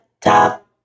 top